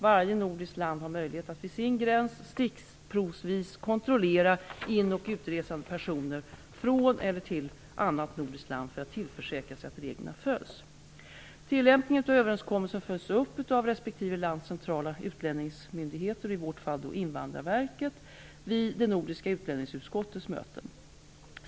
Varje nordiskt land har möjlighet att vid sin gräns stickprovsvis kontrollera in och utresande personer från eller till annat nordiskt land för att tillförsäkra sig att reglerna följs. Tillämpningen av överenskommelsen följs upp av respektive lands centrala utlänningsmyndigheter, i vårt fall Invandrarverket, vid det Nordiska Utlänningsutskottets möten.